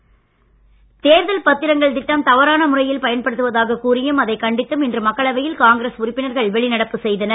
வெளிநடப்பு தேர்தல் பத்திரங்கள் திட்டம் தவறான முறையில் பயன்படுத்தப்படுவதாக கூறியும் அதைக் கண்டித்தும் இன்று மக்களவையில் காங்கிரஸ் உறுப்பினர்கள் வெளிநடப்பு செய்தனர்